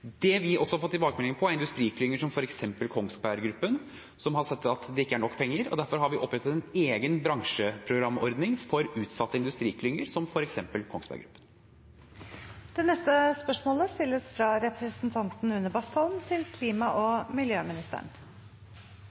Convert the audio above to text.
fått tilbakemelding fra industriklynger, som f.eks. Kongsberg Gruppen, som har sagt at det ikke er nok penger. Derfor har vi opprettet en egen bransjeprogramordning for utsatte industriklynger, som